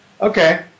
Okay